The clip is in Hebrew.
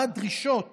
מה הדרישות